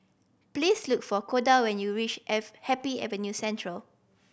please look for Koda when you reach F Happy Avenue Central